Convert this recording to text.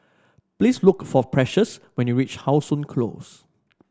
please look for Precious when you reach How Sun Close